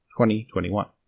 2021